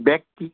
back kick